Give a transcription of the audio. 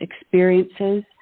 experiences